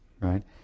Right